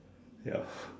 ya